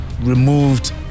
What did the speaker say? removed